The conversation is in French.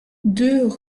deux